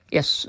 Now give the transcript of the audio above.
Yes